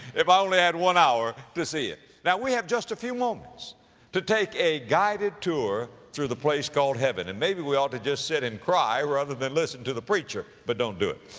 if i only had one hour to see it. now we have just a few moments to take a guided tour through the place called heaven. and maybe we ought to just sit and cry rather than listen to the preacher, but don't do it.